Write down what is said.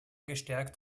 gestärkt